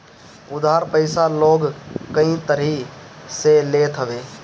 उधार पईसा लोग कई तरही से लेत हवे